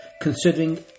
considering